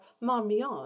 Marmion